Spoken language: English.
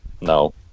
No